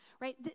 right